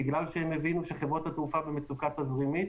כי הם הבינו שחברות התעופה במצוקה תזרימית.